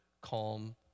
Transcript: calm